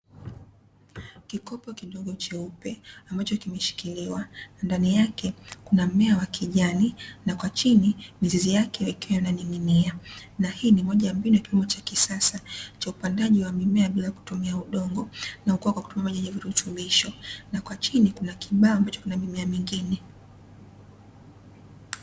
Kikopo kidogo cheupe ambacho kimeshikiliwa ndani yake kuna mmea wa kijani na kwa chini mizizi yake ikiwa inaning'inia na hii ni moja ya mbinu ya kilimo cha kisasa cha upandaji wa mimea bila kutumia udongo na kukua kwa kutumia maji yenye virutubisho na kwa chini kuna kibao ambacho kina mimea mingine.